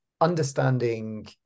understanding